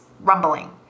rumbling